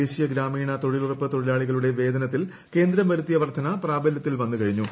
ദേശീയ ഗ്രാമീണ തൊഴീലുപ്പ് തൊഴിലാളികളുടെ വേതനത്തിൽ കേന്ദ്രം വരുത്തിയ പ്രാപർദ്ധന പ്രാബല്യത്തിൽ വന്നുകഴിഞ്ഞു